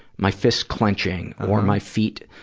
my fist clinching or my feet